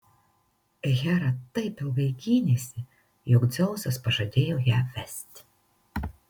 hera taip ilgai gynėsi jog dzeusas pažadėjo ją vesti